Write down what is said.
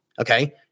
okay